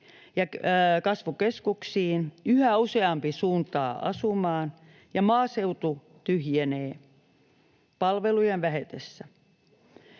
ja kasvukeskuksiin yhä useampi suuntaa asumaan ja maaseutu tyhjenee palvelujen vähetessä.